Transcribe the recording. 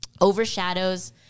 overshadows